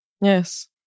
Yes